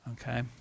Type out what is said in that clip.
okay